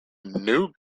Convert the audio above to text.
new